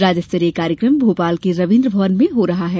राज्यस्तरीय कार्यक्रम भोपाल के रवीन्द्र भवन में हो रहा है